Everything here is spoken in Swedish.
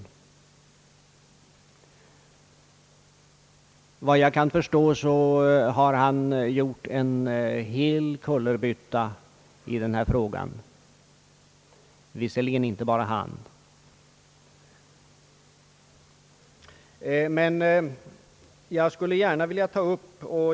Enligt vad jag förstår har han gjort en hel kullerbytta i denna fråga — visserligen inte ensam.